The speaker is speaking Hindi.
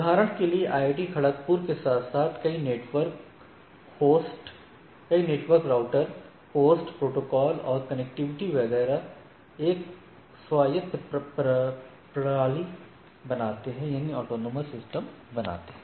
उदाहरण के लिए आईआईटी खड़गपुर के साथ साथ कई नेटवर्क राउटर होस्ट प्रोटोकॉल और कनेक्टिविटी वगैरह एक स्वायत्त प्रणाली बनाते हैं